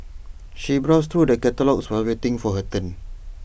she browsed through the catalogues while waiting for her turn